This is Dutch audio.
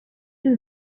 een